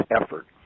effort